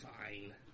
Fine